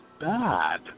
bad